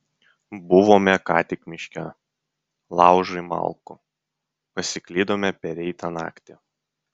buvome ką tik miške laužui malkų pasiklydome pereitą naktį